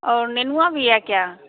और नेनुआ भी है क्या